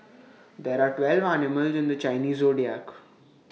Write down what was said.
there are twelve animals in the Chinese Zodiac